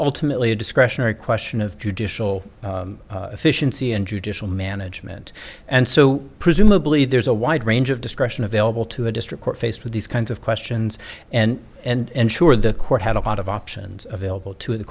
ultimately a discretionary question of judicial efficiency and judicial management and so presumably there's a wide range of discretion available to a district court faced with these kinds of questions and and sure the court had a lot of options available to the